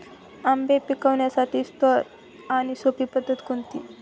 आंबे पिकवण्यासाठी स्वस्त आणि सोपी पद्धत कोणती?